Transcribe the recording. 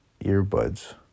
earbuds